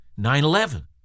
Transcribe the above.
9-11